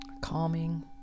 Calming